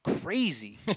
crazy